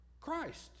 Christ